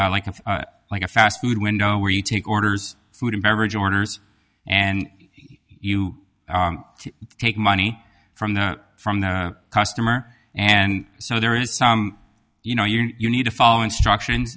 like a like a fast food window where you take orders food and beverage orders and you take money from the from the customer and so there is some you know your you need to follow instruction